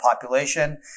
population